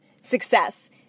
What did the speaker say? success